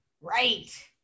Right